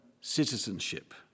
citizenship